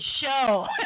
show